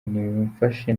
nimumfashe